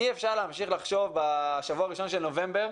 אי אפשר להמשיך לחשוב בשבוע הראשון של נובמבר,